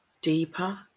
deeper